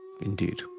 Indeed